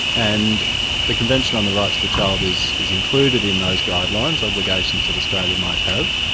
and the convention on the rights of the child is is included in those guidelines, obligations that australia might have,